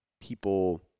people